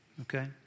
okay